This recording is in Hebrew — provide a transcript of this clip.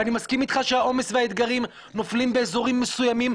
ואני מסכים אתך שהעומס והאתגרים נופלים באזורים מסוימים,